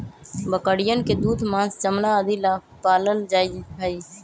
बकरियन के दूध, माँस, चमड़ा आदि ला पाल्ल जाहई